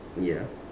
ya